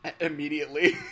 Immediately